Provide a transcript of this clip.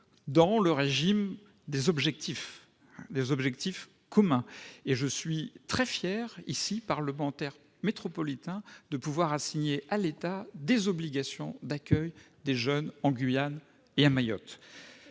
dans le régime des objectifs communs, et je suis très fier ici, en tant que parlementaire métropolitain, de pouvoir assigner à l'État des obligations d'accueil des jeunes en Guyane et à Mayotte.